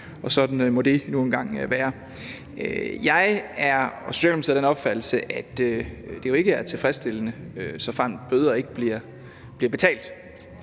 Sådan må det nu en gang være. Jeg og Socialdemokratiet er af den opfattelse, at det jo ikke er tilfredsstillende, hvis bøder ikke bliver betalt,